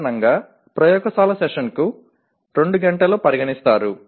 సాధారణంగా ప్రయోగశాల సెషన్ను 2 గంటలు పరిగణిస్తారు